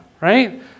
Right